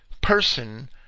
person